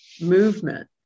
movement